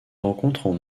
rencontrent